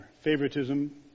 favoritism